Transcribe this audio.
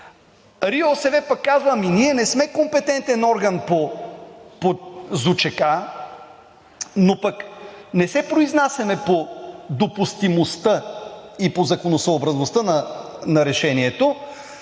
РИОСВ пък казва: ами ние не сме компетентен орган по ЗУЧК, но пък не се произнасяме по допустимостта и по законосъобразността на решението.